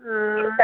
हॅं